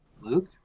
Luke